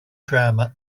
drama